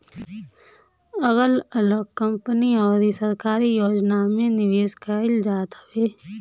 अगल अलग कंपनी अउरी सरकारी योजना में निवेश कईल जात हवे